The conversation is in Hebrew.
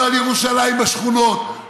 לא על ירושלים בשכונות,